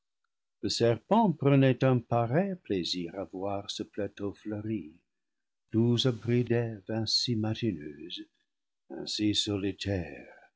le serpent prenait un pareil plaisir à voir ce plateau fleuri doux abri d'eve ainsi matineuse